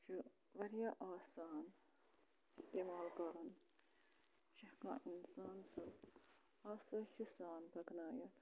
یہِ چھُ واریاہ آسان اِستعمال کَرُن چھِ ہٮ۪کان اِنسان سُہ آسٲیشہِ سان پَکنٲیِتھ